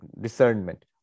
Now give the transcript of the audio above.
discernment